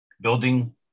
building